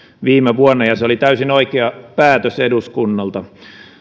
viime vuonna ja se oli täysin oikea päätös eduskunnalta